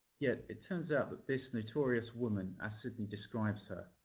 yet it turns out that this notorious woman, as sidney describes her,